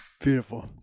beautiful